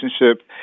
relationship